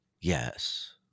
Yes